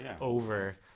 over